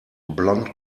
blond